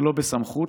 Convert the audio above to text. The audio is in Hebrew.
שלא בסמכות,